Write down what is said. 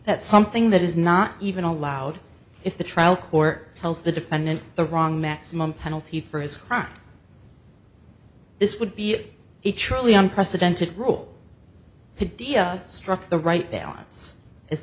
that something that is not even allowed if the trial court tells the defendant the wrong maximum penalty for his crime this would be a truly unprecedented role to dia struck the right balance is